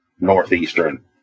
Northeastern